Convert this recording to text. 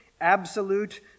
absolute